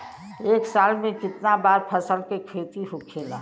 एक साल में कितना बार फसल के खेती होखेला?